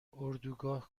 اردوگاه